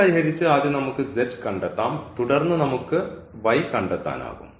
ഇത് പരിഹരിച്ച് ആദ്യം നമുക്ക് കണ്ടെത്താം തുടർന്ന് നമുക്ക് കണ്ടെത്താനാകും